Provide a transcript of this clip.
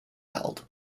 held